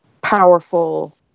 powerful